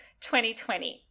2020